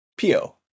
Pio